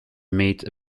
made